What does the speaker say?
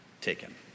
taken